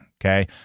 Okay